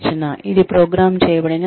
ఇది ప్రోగ్రామ్ చేయబడిన సూచన